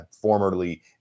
formerly